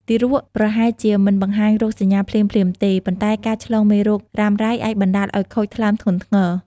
ទារកប្រហែលជាមិនបង្ហាញរោគសញ្ញាភ្លាមៗទេ ប៉ុន្តែការឆ្លងមេរោគរ៉ាំរ៉ៃអាចបណ្តាលឱ្យខូចថ្លើមធ្ងន់ធ្ងរ។